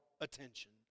attention